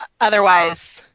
Otherwise